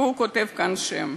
והוא כותב כאן שֵם,